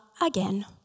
again